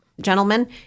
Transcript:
gentlemen